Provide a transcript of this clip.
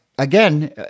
Again